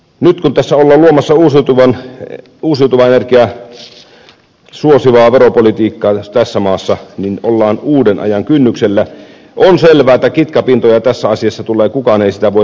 nyt kun tässä ollaan luomassa uusiutuvaa energiaa suosivaa veropolitiikkaa tässä maassa ja ollaan uuden ajan kynnyksellä on selvää että kitkapintoja tässä asiassa tulee kukaan ei sitä voi väittää